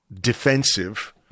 defensive